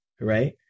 right